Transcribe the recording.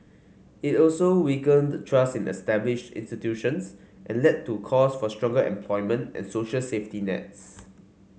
it also weakened trust in established institutions and led to calls for stronger employment and social safety nets